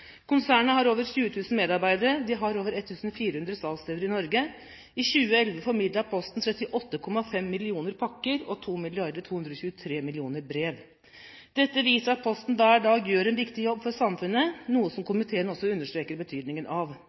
Konsernet har over 20 000 medarbeidere. Det har over 1 400 salgssteder i Norge. I 2011 formidlet Posten 38,5 millioner pakker og 2 223 millioner brev. Dette viser at Posten hver dag gjør en viktig jobb for samfunnet, noe som komiteen også understreker betydningen av.